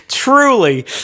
Truly